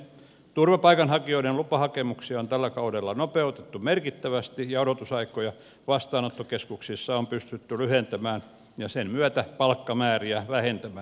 turvapaikanhakijoiden lupahakemuksia on tällä kaudella nopeutettu merkittävästi ja odotusaikoja vastaanottokeskuksissa on pystytty lyhentämään ja sen myötä paikkamääriä vähentämään